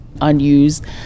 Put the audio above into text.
unused